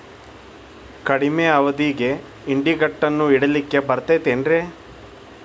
ಕಡಮಿ ಅವಧಿಗೆ ಇಡಿಗಂಟನ್ನು ಇಡಲಿಕ್ಕೆ ಬರತೈತೇನ್ರೇ?